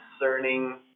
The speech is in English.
concerning